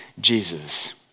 Jesus